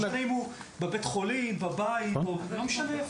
משנה אם הוא בבית החולים או בבית אז הוא לא עושה.